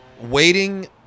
Waiting